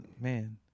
Man